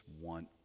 want